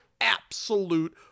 absolute